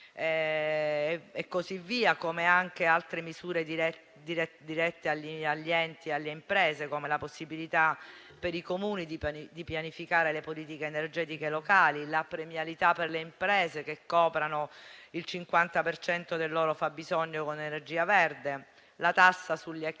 intervenuti anche con misure dirette agli enti e alle imprese, come la possibilità per i Comuni di pianificare le politiche energetiche locali, la premialità per le imprese che coprano il 50 per cento del loro fabbisogno con energia verde, la tassa sugli extraprofitti: